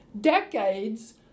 decades